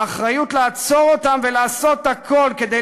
והאחריות לעצור אותם ולעשות הכול כדי